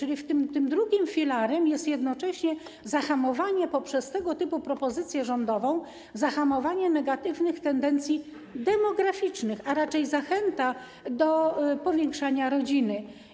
A więc tym drugim filarem jest jednocześnie zahamowanie poprzez tego typu propozycję rządową negatywnych tendencji demograficznych, a raczej zachęta do powiększania rodziny.